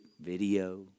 Video